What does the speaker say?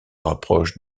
rapproche